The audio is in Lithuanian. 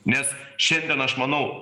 nes šiandien aš manau